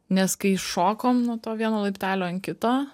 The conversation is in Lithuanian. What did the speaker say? nes kai šokom nuo to vieno laiptelio ant kito